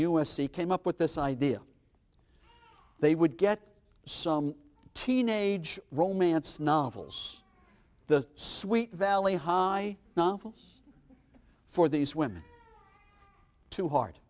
c came up with this idea they would get some teenage romance novels the sweet valley high novels for these women to hear